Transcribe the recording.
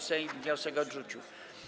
Sejm wniosek odrzucił.